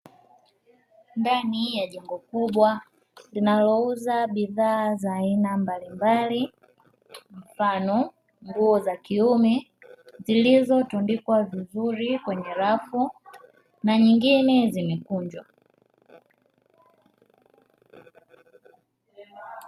Ndani ya jengo kubwa linalouza bidhaa za aina mbalimbali mfano nguo za kiume, zilizotundikwa vizuri kwenye rafu na nyingine zimekunjwa.